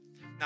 now